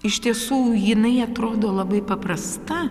iš tiesų jinai atrodo labai paprasta